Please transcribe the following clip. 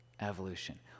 Evolution